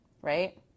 right